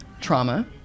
trauma